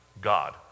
God